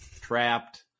trapped